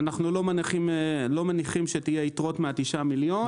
אנחנו לא מניחים שיהיו יתרות מה-9 מיליון.